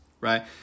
right